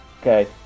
Okay